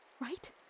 right